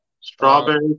Strawberry